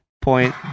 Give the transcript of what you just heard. point